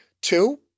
two